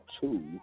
two